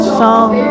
song